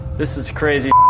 this is crazy.